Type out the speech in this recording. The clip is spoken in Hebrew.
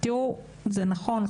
תראו זה נכון,